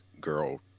girl